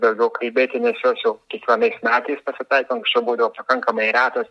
daugiau kalbėti nes jos jau kiekvienais metais pasitaiko anksčiau būdavo pakankamai retos